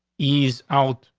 he's out,